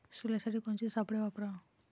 सोल्यासाठी कोनचे सापळे वापराव?